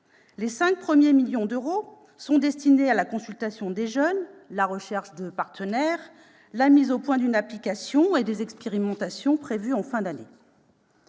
Ces 5 premiers millions sont destinés à la consultation des jeunes, à la recherche de partenaires, à la mise au point d'une application et à des expérimentations prévues en fin d'année.